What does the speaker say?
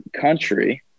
country